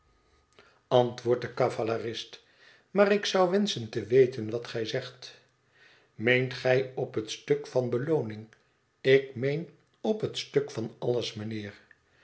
antwoordt de cavalerist maar ik zou wenschen te weten wat gij zegt meent gij op het stuk van belooning ik meen op het stuk van alles mijnheer